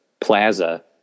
plaza